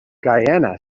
guyana